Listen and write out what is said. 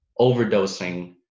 overdosing